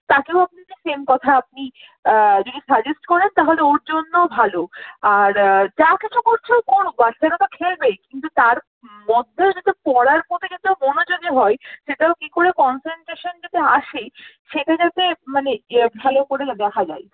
তাকেও আপনি যে সেম কথা আপনি যদি সাজেস্ট করেন তাহলে ওর জন্য ভালো আর যা কিছু করছে ও করুক বাচ্চারা তো খেলবেই কিন্তু তার মধ্যেও যদি পড়ার প্রতি যদি ও মনোযোগী হয় সেটা ও কী করে কনসেনট্রেশন যদি আসে সেটা যাতে মানে ইয়ে ভালো করে দেখা যায়